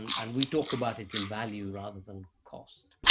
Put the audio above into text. and we talk about it in value rather than cost.